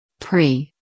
pre